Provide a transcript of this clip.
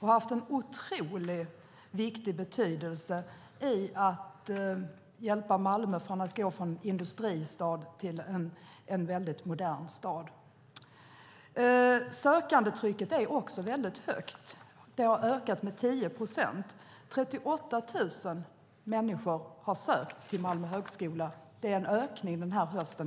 Den har varit otroligt viktig för att hjälpa Malmö att utvecklas från industristad till en modern stad. Söktrycket är högt, och det har ökat med 10 procent. 38 000 människor har sökt Malmö högskola till hösten.